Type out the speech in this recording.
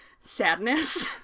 sadness